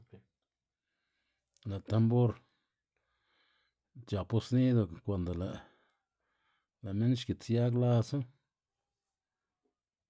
Lë' tambor c̲h̲apu sonido kuando lë' lë' minn xgits yag lasu.